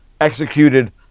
executed